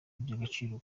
iby’agaciro